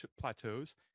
plateaus